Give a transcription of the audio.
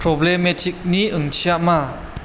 प्रब्लेमेटिकनि ओंथिया मा